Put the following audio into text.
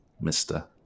mister